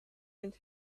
and